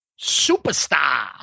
superstar